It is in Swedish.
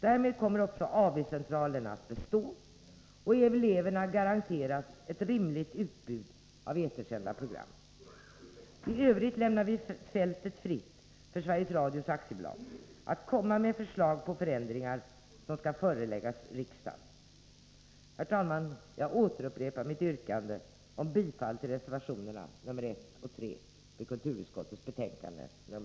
Därmed kommer också AV-centralerna att bestå och eleverna garanteras ett rimligt utbud av etersända program. I övrigt lämnar vi fältet fritt för Sveriges Radio AB att komma med förslag på förändringar som skall föreläggas riksdagen. Herr talman! Jag upprepar mitt yrkande om bifall till reservationerna nr 1 och 3 i kulturutskottets betänkande nr 8.